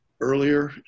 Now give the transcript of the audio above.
earlier